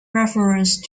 reference